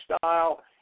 style